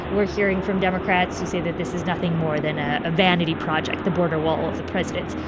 we're hearing from democrats who say that this is nothing more than a vanity project the border wall of the president's.